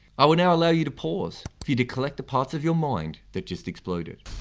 i will now allow you to pause for you to collect the parts of your mind that just exploded.